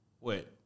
Wait